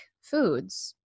foods